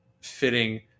fitting